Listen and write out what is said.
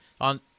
on